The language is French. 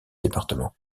département